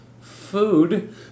food